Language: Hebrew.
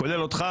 כולל אותך,